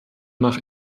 nach